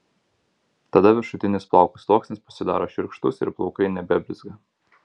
tada viršutinis plauko sluoksnis pasidaro šiurkštus ir plaukai nebeblizga